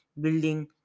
building